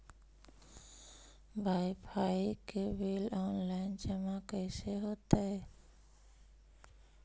Wifi के bill online जमा कैसे होतै?